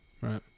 Right